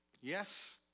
Yes